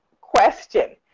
question